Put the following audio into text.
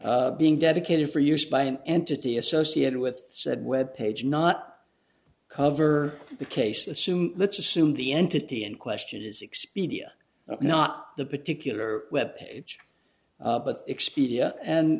being dedicated for use by an entity associated with said web page not cover the case assuming let's assume the entity in question is expedia not the particular web page but expedia and